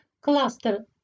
Cluster